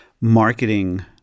marketing